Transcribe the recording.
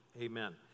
amen